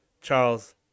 Charles